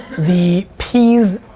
the peas,